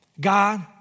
God